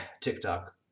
TikTok